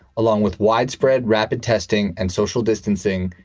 along with widespread rapid testing and social distancing,